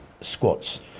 squats